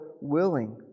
willing